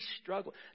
struggle